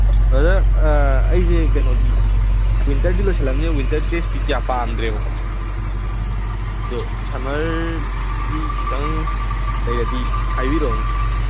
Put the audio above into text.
brother ꯑꯩꯁꯤ ꯀꯩꯅꯣꯗꯤ ꯋꯤꯟꯇꯔꯗꯤ ꯂꯣꯏꯁꯤꯜ ꯂꯛꯑꯝꯅꯤꯅ ꯋꯤꯟꯇꯔ ꯗ꯭ꯔꯦꯁꯇꯤ ꯀꯌꯥ ꯄꯥꯝꯗ꯭ꯔꯦꯕꯀꯣ ꯑꯗꯨ ꯁꯃꯔꯒꯤ ꯈꯤꯇꯪ ꯂꯩꯔꯗꯤ ꯍꯥꯏꯕꯤꯔꯛꯎꯅꯦ